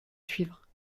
suivre